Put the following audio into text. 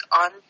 on